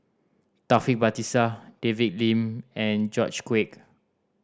Taufik Batisah David Lim and George Quek